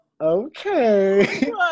okay